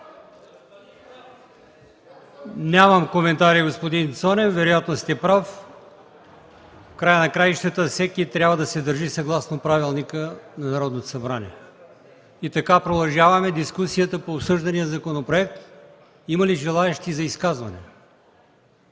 Нямам коментар, господин Цонев. Вероятно сте прав. Всеки трябва да се държи съгласно правилника на Народното събрание. Продължаваме дискусията по обсъждания законопроект. Има ли желаещи за изказвания?